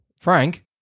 Frank